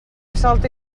salta